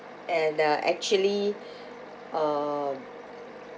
and uh actually uh